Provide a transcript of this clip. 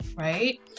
right